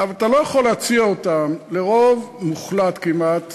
עכשיו, אתה לא יכול להציע אותן לרוב מוחלט כמעט